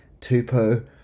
Tupo